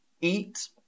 eat